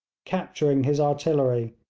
capturing his artillery,